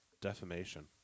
defamation